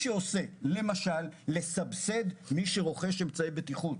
למשל לסבסד מי שרוכש אמצעי בטיחות.